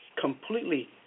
completely